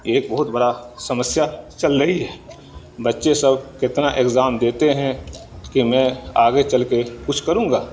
یہ ایک بہت بڑا سمسیا چل رہی ہے بچے سب کتنا اگزام دیتے ہیں کہ میں آگے چل کے کچھ کروں گا